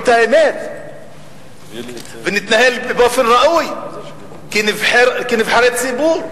את האמת ונתנהל באופן ראוי כנציגי ציבור.